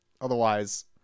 Otherwise